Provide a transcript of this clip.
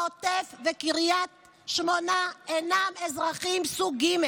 העוטף וקריית שמונה אינם אזרחים סוג ג'.